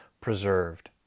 preserved